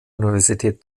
universität